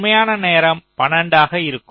உண்மையான நேரம் 12 ஆக இருக்கும்